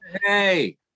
Hey